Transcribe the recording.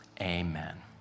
Amen